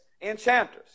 enchanters